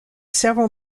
several